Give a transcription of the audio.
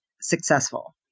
successful